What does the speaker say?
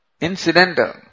incidental